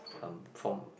um from